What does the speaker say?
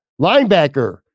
Linebacker